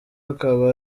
akaba